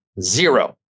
zero